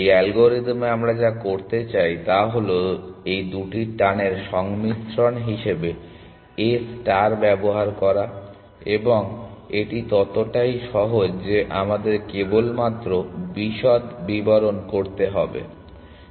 এই অ্যালগরিদমে আমরা যা করতে চাই তা হল এই দুটি টানের সংমিশ্রণ হিসেবে A ষ্টার ব্যবহার করা এবং এটি ততটাই সহজ যে আমাদের কেবলমাত্র বিশদ বিবরণ পূরণ করতে হবে